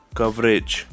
coverage